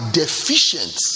deficient